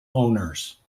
owners